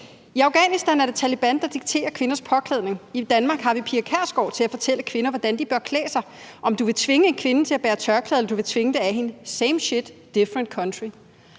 »I Afghanistan er det Taliban, der dikterer kvinders påklædning. I Danmark har vi Pia Kjærsgaard til at fortælle kvinder, hvordan de bør klæde sig. Om du vil tvinge en kvinde til at bære tørklæde eller du vil tvinge det af hende... same shit, different country.«